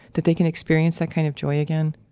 that they can experience that kind of joy again?